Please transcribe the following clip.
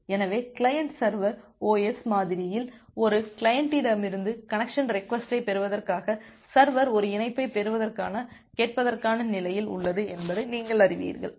எனவே client server OSIஓஎஸ்ஐ மாதிரியில் ஒரு கிளையண்ட்டிடமிருந்து கனெக்சன் ரெக்வஸ்ட்டை பெறுவதற்காக சர்வர் ஒரு இணைப்பைப் பெறுவதற்கான கேட்பதற்கான நிலையில் உள்ளது என்பதை நீங்கள் அறிவீர்கள்